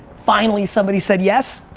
finally somebody said yes.